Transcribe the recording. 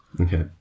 Okay